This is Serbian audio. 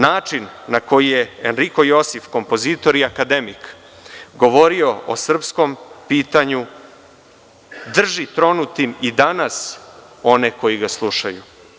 Način na koji je Enriko Josif, kompozitor i akademik, govorio o srpskom pitanju, drži tronutim i danas one koji ga slušaju.